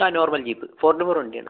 ആ normal jeep four into four വണ്ടിയാണ്